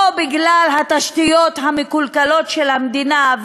או בגלל התשתיות המקולקלות של המדינה,